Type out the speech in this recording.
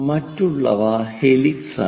മറ്റുള്ളവ ഹെലിക്സ് ആണ്